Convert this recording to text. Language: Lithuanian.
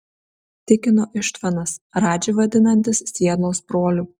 tikino ištvanas radžį vadinantis sielos broliu